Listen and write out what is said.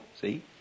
See